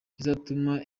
kizatuma